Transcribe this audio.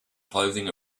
clothing